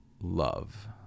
love